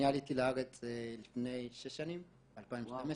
אני עליתי לארץ לפני שש שנים ב-2012.